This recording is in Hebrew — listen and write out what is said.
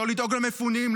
לא לדאוג למפונים,